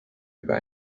über